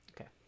Okay